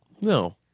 No